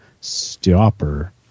stopper